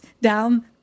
down